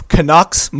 Canucks